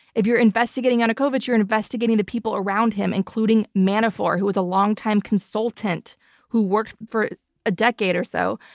if you're investigating yanukovych, you're investigating the people around him, including manafort who was a longtime consultant who worked for a decade or so.